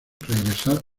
regresar